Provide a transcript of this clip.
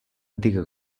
antiga